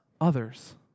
others